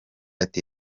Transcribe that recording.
ati